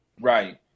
Right